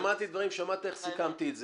שמעת איך סיכמתי את זה.